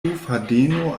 fadeno